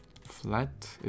flat